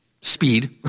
speed